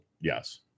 Yes